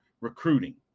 recruiting